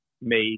made